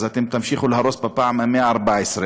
אז אתם תמשיכו להרוס בפעם ה-114,